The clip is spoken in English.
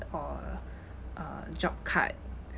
or uh job cut